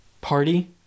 party